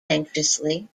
anxiously